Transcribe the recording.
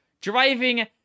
Driving